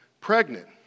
Pregnant